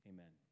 Amen